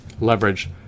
leverage